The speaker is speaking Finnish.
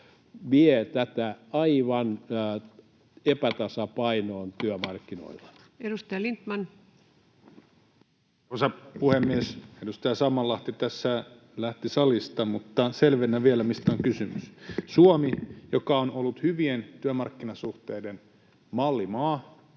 vie tätä aivan epätasapainoon työmarkkinoilla. Edustaja Lindtman. Arvoisa puhemies! Edustaja Sammallahti tässä lähti salista, mutta selvennän vielä, mistä on kysymys. Suomesta, joka on ollut hyvien työmarkkinasuhteiden mallimaa,